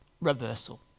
reversal